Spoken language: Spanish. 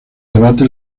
debate